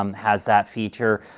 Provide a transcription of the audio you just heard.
um has that feature.